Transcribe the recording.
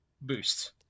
boost